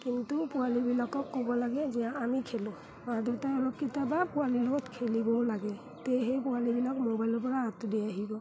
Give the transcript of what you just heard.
কিন্তু পোৱালিবিলাকক ক'ব লাগে যে আমি খেলোঁ মা দেউতাই অলপ কেতিয়াবা পোৱালীৰ লগত খেলিবও লাগে তেহে পোৱালিবিলাক মোবাইলৰ পৰা আঁতৰি আহিব